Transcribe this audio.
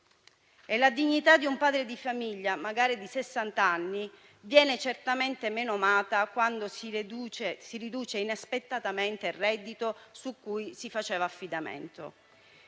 E la dignità di un padre di famiglia, magari di sessanta anni, viene certamente menomata quando si riduce inaspettatamente il reddito cui faceva affidamento.